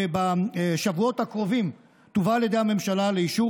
בשבועות הקרובים יובא על ידי הממשלה לאישור